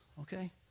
Okay